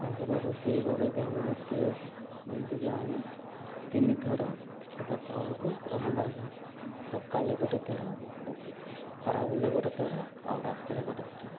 ଆଉ ସେଟା ରୋଷେଇ ଘରେ ବ୍ୟବହୃତ ଯେମିତିକି ଆମ ତିନି ଥର ସେଇଟା ଚାଉଳକୁ ରନ୍ଧାଯାଏ ସକାଳେ ଗୋଟେ ଥର ଖରାବେଳେ ଗୋଟେ ଥର ଆଉ ରାତିରେ ଗୋଟେ ଥର